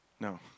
No